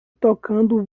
tocando